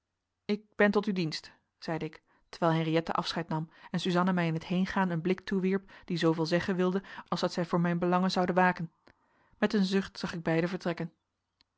ik ben tot uw dienst zeide ik terwijl henriëtte afscheid nam en suzanna mij in t heengaan een blik toewierp die zooveel zeggen wilde als dat zij voor mijn belangen zoude waken met een zucht zag ik beiden vertrekken